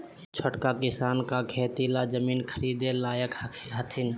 छोटका किसान का खेती ला जमीन ख़रीदे लायक हथीन?